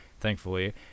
thankfully